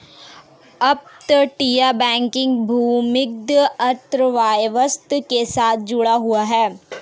अपतटीय बैंकिंग भूमिगत अर्थव्यवस्था के साथ जुड़ा हुआ है